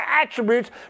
attributes